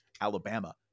Alabama